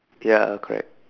ya uh correct